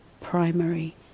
primary